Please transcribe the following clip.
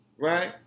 right